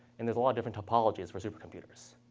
and there's a lot different topologies for supercomputers.